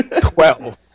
Twelve